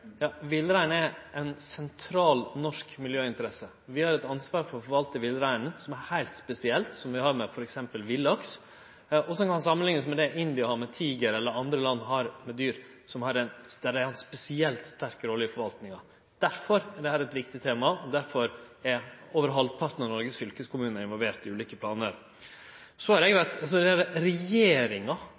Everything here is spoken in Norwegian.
Villrein er ei sentral norsk miljøinteresse. Vi har eit ansvar for å forvalte villreinen som er heilt spesielt, som vi har med t.d. villaks, og som kan samanliknast med det India har med tigrar, eller andre land har med dyr der dei har ei spesielt sterk rolle i forvaltinga. Derfor er dette eit viktig tema, og derfor er over halvparten av fylkeskommunane i Noreg involverte i ulike planar. Så er det regjeringa som avgjer desse spørsmåla, og eg